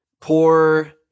poor